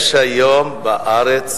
יש היום בארץ